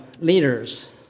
leaders